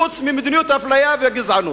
חוץ ממדיניות האפליה והגזענות.